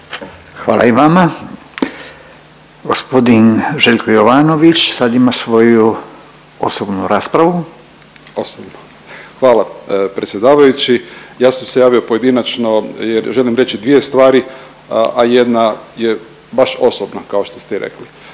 Hvala i vama. Gospodin Željko Jovanović sad ima svoju osobnu raspravu. **Jovanović, Željko (SDP)** Osobno. Hvala predsjedavajući. Ja sam se javio pojedinačno jer želim reći dvije stvari, a jedna je baš osobna kao što ste i rekli.